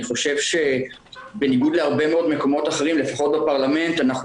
אני חושב שבניגוד להרבה מאוד מקומות אחרים לפחות בפרלמנט אנחנו